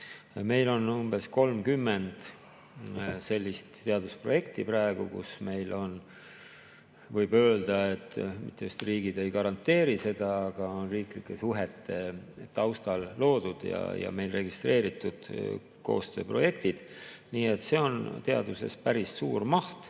Meil on praegu umbes 30 sellist teadusprojekti, mille puhul võib öelda, et mitte just riigid ei garanteeri seda, aga on riiklike suhete taustal loodud ja registreeritud koostööprojektid. Nii et see on teaduses päris suur maht. Ja